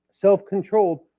self-controlled